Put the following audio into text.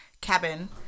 cabin